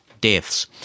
deaths